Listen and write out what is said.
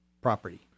property